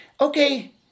okay